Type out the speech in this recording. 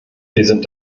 sind